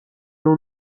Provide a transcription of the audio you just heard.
اون